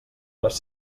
les